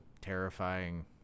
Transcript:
terrifying